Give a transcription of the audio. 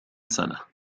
سنة